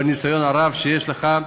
בניסיון הרב שיש לך.